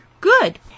Good